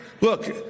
Look